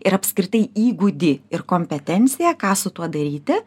ir apskritai įgūdį ir kompetenciją ką su tuo daryti